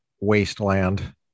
wasteland